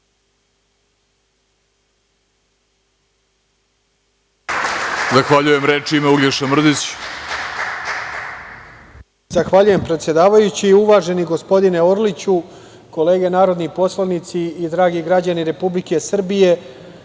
Zahvaljujem. Reč ima Uglješa Mrdić.